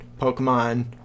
Pokemon